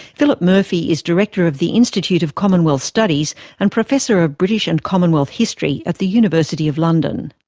philip murphy is director of the institute of commonwealth studies and professor of british and commonwealth history at the university of london.